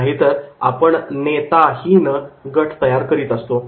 नाहीतर आपण नेताहीन गट तयार करत असतो